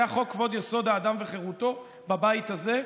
היה חוק-יסוד: כבוד האדם וחירותו בבית הזה,